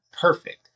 perfect